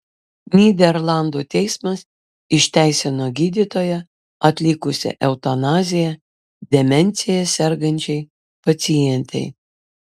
nyderlandų teismas išteisino gydytoją atlikusį eutanaziją demencija sergančiai pacientei